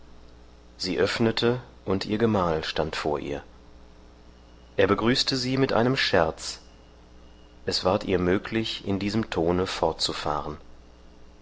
sie öffnete und ihr gemahl stand vor ihr er begrüßte sie mit einem scherz es ward ihr möglich in diesem tone fortzufahren